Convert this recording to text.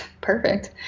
Perfect